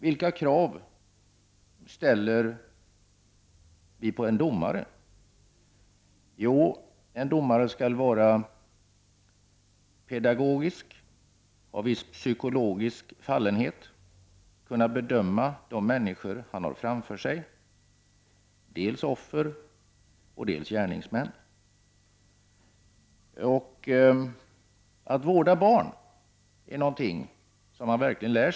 Vilka krav ställs på en domare? Jo, en domare skall vara pedagogisk, ha viss psykologisk fallenhet och kunna bedöma de människor som han har framför sig — dels offer, dels gärningsmän. Att vårda barn är någonting som man lär sig mycket av.